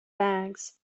bags